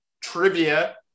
trivia